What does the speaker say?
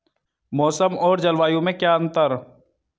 मौसम और जलवायु में क्या अंतर?